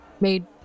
made